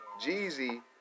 Jeezy